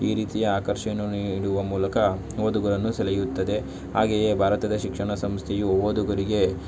ಈ ರೀತಿಯ ಆಕರ್ಷಣೆಯನು ನೀಡುವ ಮೂಲಕ ಓದುಗರನ್ನು ಸೆಳೆಯುತ್ತದೆ ಹಾಗೆಯೇ ಭಾರತದ ಶಿಕ್ಷಣ ಸಂಸ್ಥೆಯು ಓದುಗರಿಗೆ